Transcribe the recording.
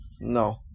No